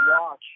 watch